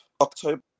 October